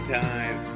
time